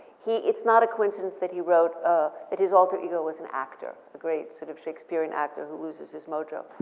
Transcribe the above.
he, it's not a coincidence that he wrote that his alter ego was an actor, a great sort of shakespearean actor who loses his mojo.